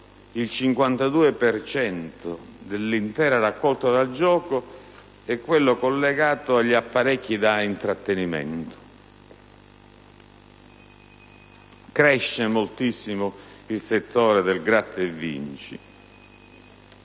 cento dell'intera raccolta da gioco, è quello collegato agli apparecchi da intrattenimento. Cresce moltissimo anche il settore del Gratta e Vinci.